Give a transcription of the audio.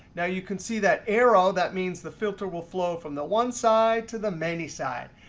now, you can see that arrow. that means the filter will flow from the one side to the many side.